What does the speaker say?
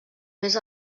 més